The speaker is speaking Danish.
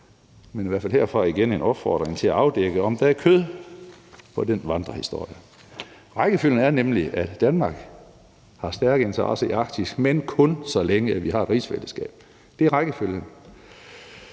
er i hvert fald herfra igen en opfordring til at afdække, om der er kød på den vandrehistorie. Rækkefølgen er nemlig, at Danmark har stærke interesser i Arktis, men kun så længe vi har rigsfællesskabet. Så det er rækkefølgen.